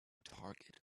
target